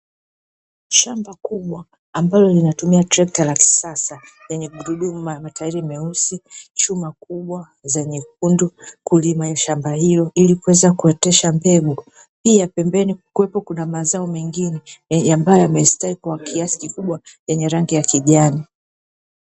Shamba kubwa ambalo linatumia trekta la kisasa lenye magurudumu meusi, chuma kubwa nyekundu kulima shamba hilo, ili kuweza kuotesha mbegu. Pia pembeni kukiwa na mazao mengine ambayo yamestawi kwa kiasi kikubwa yenye rangi ya kijani.